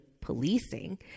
policing